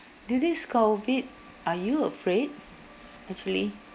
during this COVID are you afraid actually